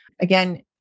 Again